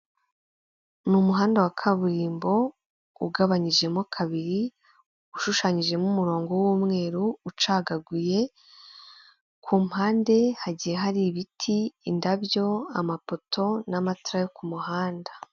Mu buzima bw'umuntu habamo gukenera kwambara imyambaro myinshi itandukanye ndetse n'inkweto aba bagabo babiri, umwe yambaye ishati y'umweru, ipantaro y'umukara ndetse n'inkweto z'umweru undi yambaye umupira w'umukara n'ipantaro ya kacyi ndetse n'inkweto z'igitaka.